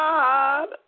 God